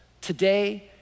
today